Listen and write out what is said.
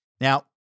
Now